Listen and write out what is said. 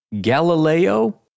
Galileo